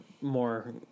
more